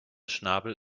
schnabel